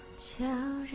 to